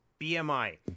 BMI